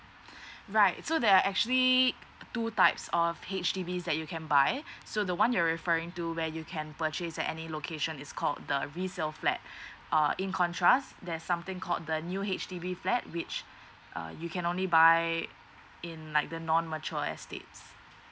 right so there are actually two types of H_D_B's that you can buy so the one you're referring to where you can purchase at any location is called the resale flat uh in contrast there's something called the new H_D_B flat which uh you can only buy in like the non mature estates